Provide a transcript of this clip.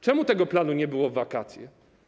Czemu tego planu nie było w wakacje?